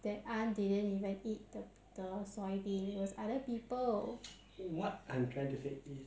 a house when I need to buy a car I have to look to my own savings not to them